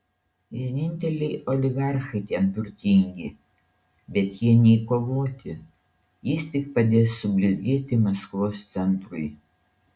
vieninteliai oligarchai ten turtingi bet jie nei kovoti jis tik padės sublizgėti maskvos centrui